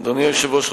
אדוני היושב-ראש,